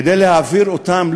כדי להעביר אותם,